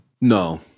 No